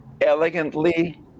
elegantly